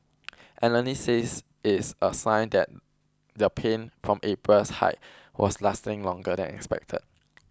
analysts says it is a sign that the pain from April's hike was lasting longer than expected